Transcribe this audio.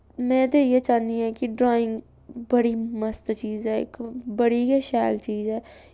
में ते इ'यै चाह्न्नी आं कि ड्राइंग बड़ी मस्त चीज ऐ इक बड़ी गै शैल चीज ऐ